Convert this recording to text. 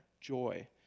joy